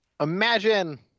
imagine